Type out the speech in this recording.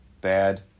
bad